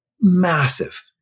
massive